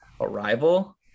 arrival